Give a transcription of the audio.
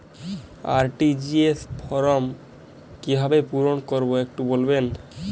RTGS form কিভাবে পূরণ করবো একটু বলবেন?